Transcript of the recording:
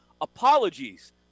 Apologies